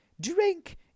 Drink